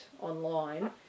online